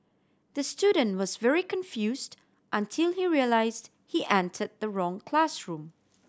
the student was very confused until he realised he entered the wrong classroom